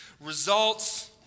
results